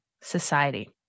society